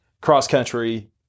Cross-country